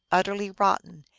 utterly rotten,